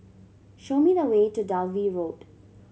show me the way to Dalvey Road